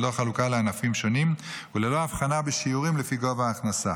ללא חלוקה לענפים שונים וללא הבחנה בשיעורים לפי גובה ההכנסה.